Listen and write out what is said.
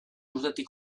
urtetik